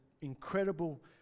incredible